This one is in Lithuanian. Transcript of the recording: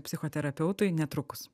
psichoterapeutui netrukus